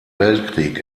weltkrieg